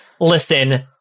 Listen